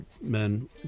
men